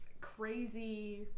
crazy